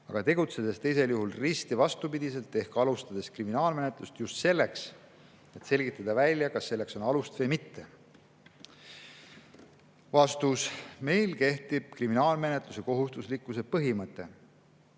aga tegutsedes teisel juhul risti vastupidiselt ehk alustades kriminaalmenetlust just selleks, et selgitada välja, kas selleks on alust või mitte?" Meil kehtib kriminaalmenetluse kohustuslikkuse põhimõte.